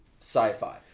sci-fi